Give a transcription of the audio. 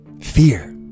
fear